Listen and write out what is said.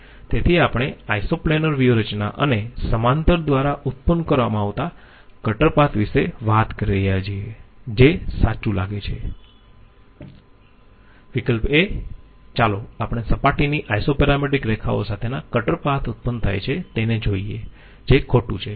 તેથી આપણે isoplanar વ્યૂહરચના અને સમાંતર દ્વારા ઉત્પન્ન કરવામાં આવતાં કટર પાથ વિશે વાત કરી રહ્યા છીએ જે સાચું લાગે છે વિકલ્પ a ચાલો આપણે સપાટીની આઈસોપેરામેટ્રિક રેખાઓ સાથેના કટર પાથ ઉત્પન્ન થાય છે તેને જોઈયે જે ખોટું છે